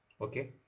Okay